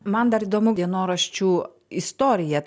man dar įdomu dienoraščių istorija